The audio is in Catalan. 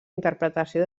interpretació